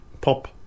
Pop